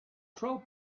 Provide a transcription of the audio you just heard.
troll